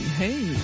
hey